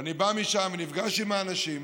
ואני בא משם ונפגש עם האנשים,